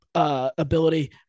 Ability